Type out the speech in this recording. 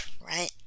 right